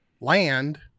land